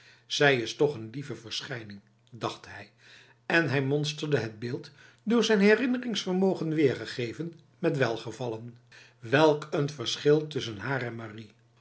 zij is toch een lieve verschijning dacht hij en hij monsterde het beeld doorzijn herinneringsvermogen weergegeven met welgevallen welk een verschil tussen haar en marie